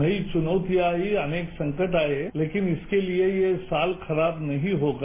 नई चुनौतियां आई अनेक संकट आए लेकिन इसके लिए ये साल खराब नहीं होगा